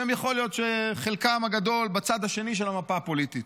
שיכול להיות שחלקם הגדול בצד השני של המפה הפוליטית.